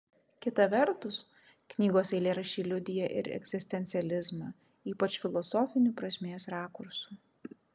kita vertus knygos eilėraščiai liudija ir egzistencializmą ypač filosofiniu prasmės rakursu